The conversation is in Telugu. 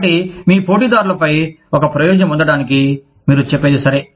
కాబట్టి మీ పోటీదారులపై ఒక ప్రయోజనం పొందడానికి మీరు చెప్పేది సరే